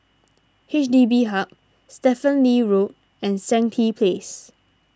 H D B Hub Stephen Lee Road and Stangee Place